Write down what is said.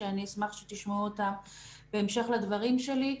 אני אשמח שתשמעו אותה בהמשך לדברים שלי.